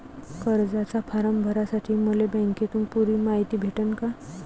कर्जाचा फारम भरासाठी मले बँकेतून पुरी मायती भेटन का?